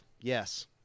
Yes